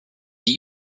die